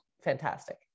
fantastic